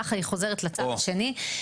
ככה היא חוזרת לצד שני.